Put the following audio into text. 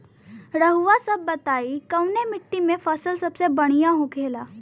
रउआ सभ बताई कवने माटी में फसले सबसे बढ़ियां होखेला?